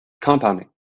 compounding